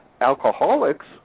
alcoholics